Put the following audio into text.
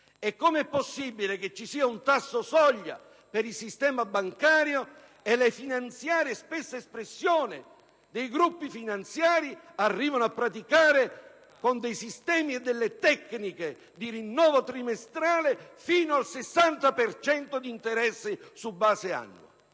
E come è possibile che sia previsto un tasso soglia per il sistema bancario, mentre le finanziarie - spesso espressione dei gruppi finanziari - arrivano a praticare, con dei sistemi e delle tecniche di rinnovo trimestrale, fino al 60 per cento di interesse su base annua?